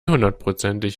hundertprozentig